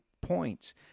points